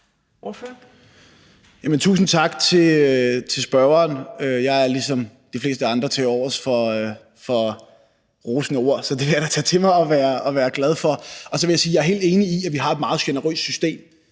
tusind tak til spørgeren. Jeg er ligesom de fleste andre til fals for rosende ord, så det vil jeg da tage til mig og være glad for. Og så vil jeg sige, at jeg er helt enig i, at vi har et meget generøst system,